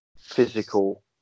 physical